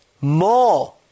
more